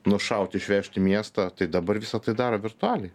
nušaut išvežt į miestą tai dabar visa tai daro virtualiai